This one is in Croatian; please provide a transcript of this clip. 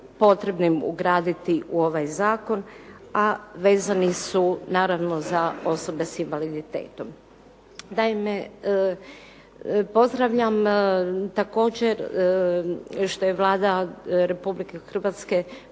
potrebnim ugraditi u ovaj zakon, a vezani su naravno za osobe s invaliditetom. Naime, pozdravljam također što je Vlada Republike Hrvatske